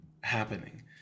happening